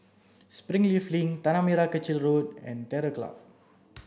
Springleaf Link Tanah Merah Kechil Road and Terror Club